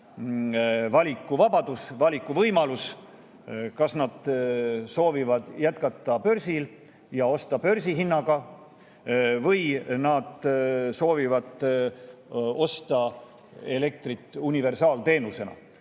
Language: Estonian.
valikuvabadus, valikuvõimalus, kas nad soovivad jätkata börsil ja osta börsihinnaga või nad soovivad osta elektrit universaalteenusena.